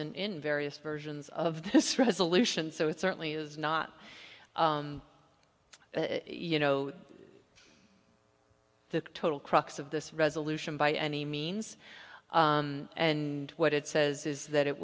t in various versions of this resolution so it certainly is not you know the total crux of this resolution by any means and what it says is that it